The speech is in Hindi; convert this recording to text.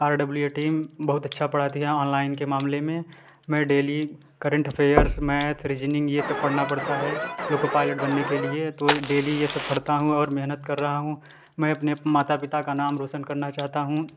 आर डब्ल्यू ए टीम बहुत अच्छा पढ़ाती है ऑनलाइन के मामले में मैं daily current affairs math reasoning ये सब पढ़ना पड़ता है लोको पाइलट बनने के लिए तो डेली ये सब पढ़ता हूँ और मेहनत कर रहा हूँ मैं अपने माता पिता का नाम रौशन करना चाहता हूँ